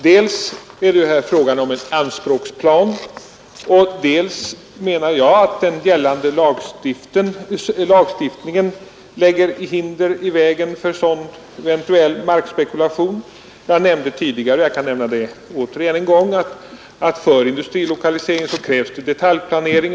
Dels är det ju här fråga om en anspråksplan, dels anser jag att den gällande lagstiftningen lägger hinder i vägen för eventuell markspekulation. Jag nämnde tidigare och kan nämna det igen att för industrilokalisering krävs det i dag detaljplanering.